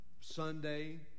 Sunday